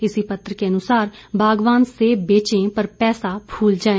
इसी पत्र के अनुसार बागवान सेब बेचें पर पैसा भूल जाएं